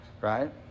Right